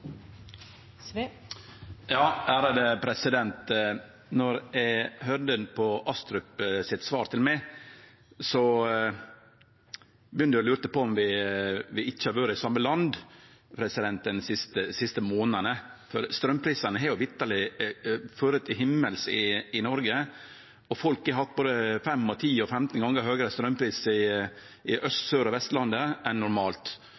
eg høyrde Astrups svar til meg, begynte eg å lure på om vi ikkje har vore i same land dei siste månadene, for straumprisane har vitterleg fare til himmels i Noreg, og folk har hatt både fem, ti og femten gonger høgre straumprisar på Aust-, Sør- og Vestlandet enn normalt.